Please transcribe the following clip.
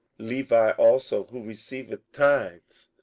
levi also, who receiveth tithes,